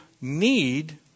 need